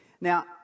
Now